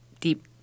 deep